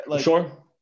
Sure